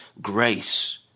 grace